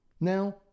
Now